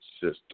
system